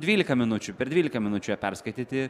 dvylika minučių per dvylika minučių ją perskaityti